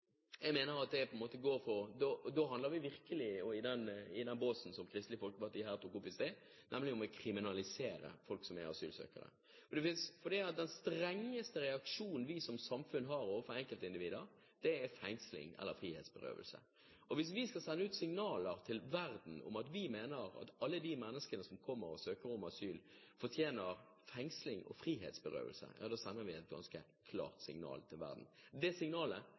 Da havner vi virkelig i den båsen som representanten fra Kristelig Folkeparti var inne på her i sted, nemlig at vi kriminaliserer folk som er asylsøkere, fordi den strengeste reaksjonen vi som samfunn har overfor enkeltindivider, er fengsling eller frihetsberøvelse. Og hvis vi skal sende et signal til verden om at vi mener at alle de menneskene som kommer og søker om asyl, fortjener fengsling og frihetsberøvelse, så sender vi et ganske klart signal til verden. Det